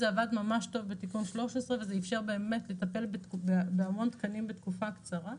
זה עבד ממש טוב בתיקון 13 וזה אפשר באמת לטפל בהמון תקנים בתקופה קצרה.